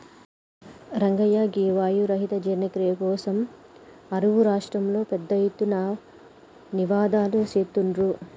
రంగయ్య గీ వాయు రహిత జీర్ణ క్రియ కోసం అరువు రాష్ట్రంలో పెద్ద ఎత్తున నినాదలు సేత్తుర్రు